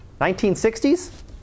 1960s